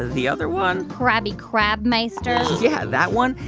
the other one. crabby crabmeister yeah, that one.